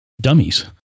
dummies